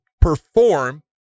perform